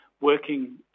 working